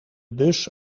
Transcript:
bus